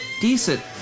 decent